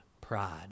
pride